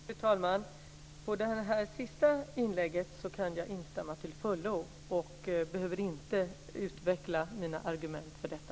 Fru talman! Jag kan till fullo instämma i det sista inlägget och behöver inte utveckla mina argument för detta.